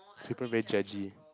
singapore very judgy